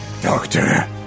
Doctor